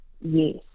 Yes